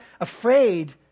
afraid